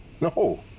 No